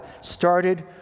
started